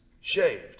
shaved